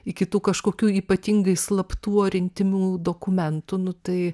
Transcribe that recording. iki tų kažkokių ypatingai slaptų ar intymių dokumentų nu tai